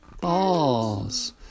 balls